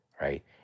right